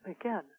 again